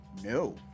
no